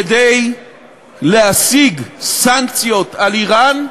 כדי להשיג סנקציות על איראן,